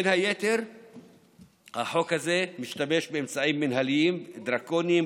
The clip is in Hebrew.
החוק הזה בין היתר משתמש באמצעים מינהליים דרקוניים,